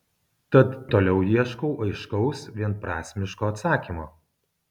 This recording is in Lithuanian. tad toliau ieškau aiškaus vienprasmiško atsakymo